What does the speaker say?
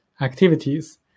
activities